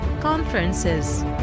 conferences